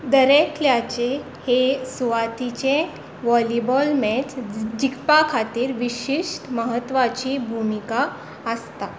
दरे एकल्याचे हे सुवातिची व्हॉलीबॉल मॅच जिखपाखातीर विशिश्ट म्हत्वाची भुमिका आसता